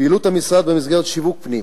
פעילות המשרד במסגרת שיווק פנים: